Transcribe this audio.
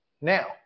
Now